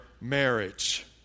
marriage